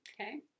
okay